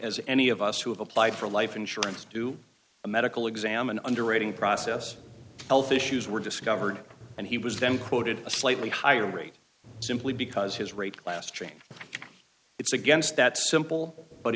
as any of us who have applied for life insurance do a medical exam and underwriting process health issues were discovered and he was then quoted a slightly higher rate simply because his rate class changed its against that simple but